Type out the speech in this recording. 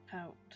out